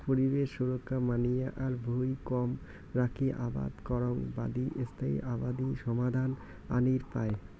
পরিবেশ সুরক্ষা মানিয়া আর ভুঁই কম রাখি আবাদ করাং বাদি স্থায়ী আবাদি সমাধান আনির পায়